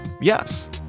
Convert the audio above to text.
Yes